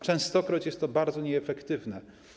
Częstokroć jest to bardzo nieefektywne.